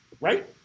right